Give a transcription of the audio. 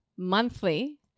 monthly